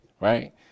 right